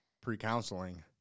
pre-counseling